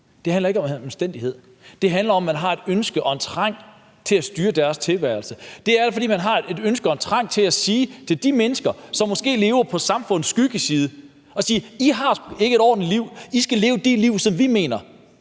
Det handler ikke om anstændighed. Det handler om, at man har et ønske om og en trang til at styre disse menneskers tilværelse. Det er, fordi man har et ønske om og en trang til at sige til de mennesker, som måske lever på samfundets skyggeside, at de ikke har et ordentligt liv, men at de skal leve det liv, som vi mener